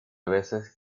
veces